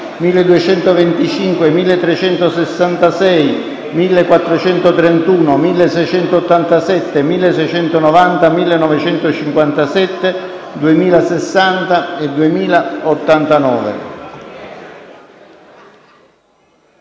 1225, 1366, 1431, 1687, 1690, 1957, 2060 e 2089.